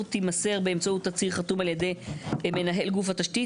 תימסר באמצעות תצהיר חתום על ידי מנהל גוף התשתית,